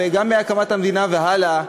גם מהקמת המדינה והלאה,